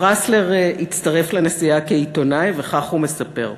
שטרסלר הצטרף לנסיעה כעיתונאי, וכך הוא מספר: